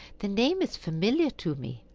the name is familiar to me.